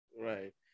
Right